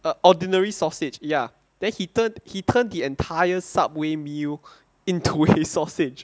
err ordinary sausage ya then he turned he turned the entire Subway meal into his sausage